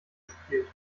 gespielt